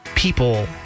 people